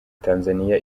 tanzania